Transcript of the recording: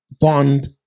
bond